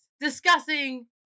discussing